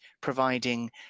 providing